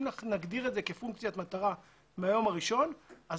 אם אנחנו נגדיר את זה כפונקציית מטרה מהיום הראשון אז